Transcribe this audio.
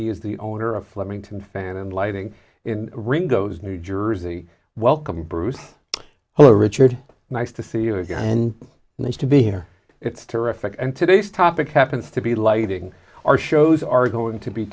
he is the owner of flemington phantom lighting in ringo's new jersey welcome bruce hello richard nice to see you again and nice to be here it's terrific and today's topic happens to be lighting our shows are going to be